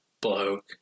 bloke